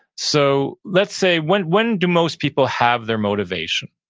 so let's say, when when do most people have their motivation?